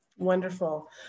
Wonderful